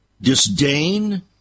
disdain